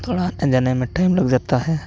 थोड़ा आने जाने में टाइम लग जाता है